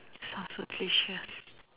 south full cassia